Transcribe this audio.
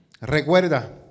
Recuerda